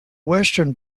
western